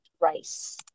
rice